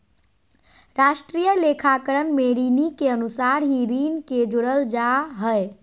राष्ट्रीय लेखाकरण में ऋणि के अनुसार ही ऋण के जोड़ल जा हइ